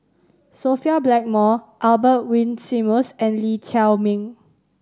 Sophia Blackmore Albert Winsemius and Lee Chiaw Meng